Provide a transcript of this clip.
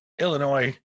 Illinois